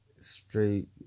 straight